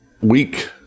week